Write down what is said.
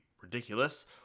ridiculous